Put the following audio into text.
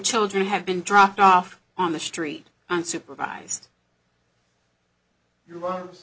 children have been dropped off on the street unsupervised